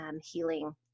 healing